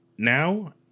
Now